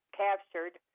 captured